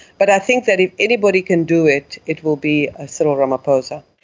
but i think that if anybody can do it, it will be ah cyril ramaphosa.